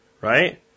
right